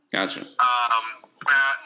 Gotcha